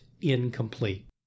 incomplete